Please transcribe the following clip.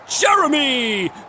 Jeremy